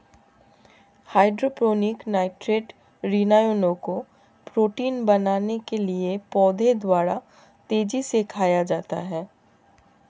hydroponic nitrate ऋणायनों को protein बनाने के लिए पौधों द्वारा तेजी से खाया जाता है